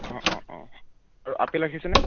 অঁ অঁ অঁ আৰু আপেল ৰাখিছেনে